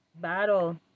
battle